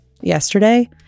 yesterday